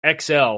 XL